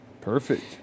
Perfect